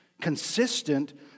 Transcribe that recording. consistent